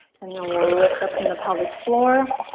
and then we'll lift up from the pelvic floor.